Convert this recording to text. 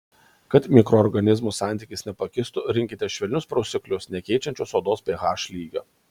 kad mikroorganizmų santykis nepakistų rinkitės švelnius prausiklius nekeičiančius odos ph lygio